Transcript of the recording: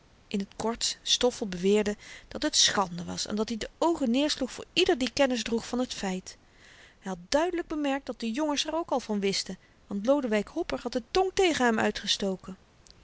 in t kort stoffel beweerde dat het schande was en dat-i de oogen neersloeg voor ieder die kennis droeg van t feit hy had duidelyk bemerkt dat de jongens er ook al van wisten want lodewyk hopper had de tong tegen hem uitgestoken